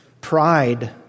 pride